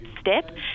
step